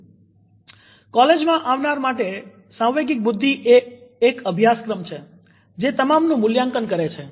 મહાવિદ્યાલયકોલેજમાં આવનાર માટે સાંવેગિક બુદ્ધિ એક અભ્યાસક્રમ છે જે તમામનું મૂલ્યાંકન કરે છે